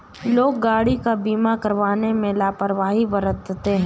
लोग गाड़ी का बीमा करवाने में लापरवाही बरतते हैं